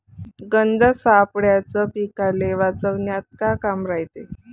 गंध सापळ्याचं पीकाले वाचवन्यात का काम रायते?